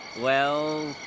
well,